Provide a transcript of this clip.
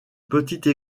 petite